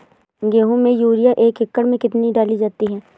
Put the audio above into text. गेहूँ में यूरिया एक एकड़ में कितनी डाली जाती है?